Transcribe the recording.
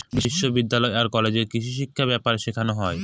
বিশ্ববিদ্যালয় আর কলেজে কৃষিশিক্ষা ব্যাপারে শেখানো হয়